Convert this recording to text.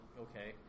okay